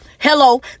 Hello